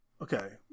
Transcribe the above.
Okay